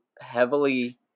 heavily